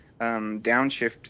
downshift